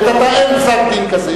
לעת עתה אין פסק-דין כזה.